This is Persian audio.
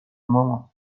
مامان